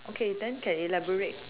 okay then can elaborate